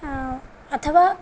अथवा